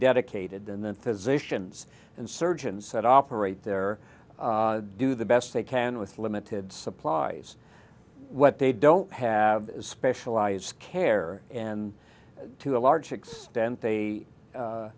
dedicated and then physicians and surgeons that operate there do the best they can with limited supplies what they don't have specialized care and to a large extent they